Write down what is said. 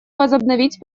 возобновить